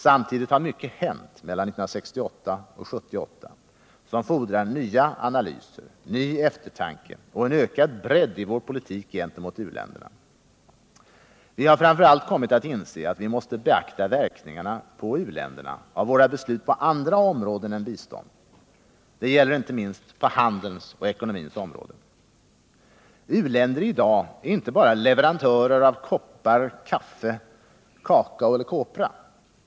Samtidigt har mycket hänt mellan 1968 och 1978, som fordrar nya analyser, ny eftertanke och en ökad bredd i vår politik gentemot u-länderna. Vi har framför allt kommit att inse att vi måste beakta verkningarna på u-länderna av våra beslut på andra områden än bistånd. Det gäller inte minst på handelns och ekonomins område. U-länder är i dag inte bara leverantörer av koppar, kaffe, kakao eller kopra.